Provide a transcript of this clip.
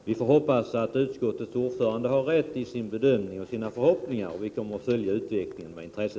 Herr talman! Vi får hoppas att utskottets ordförande har rätt i sin bedömning och sin förhoppning. Vi kommer att följa utvecklingen med intresse.